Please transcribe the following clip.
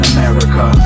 America